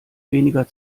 weniger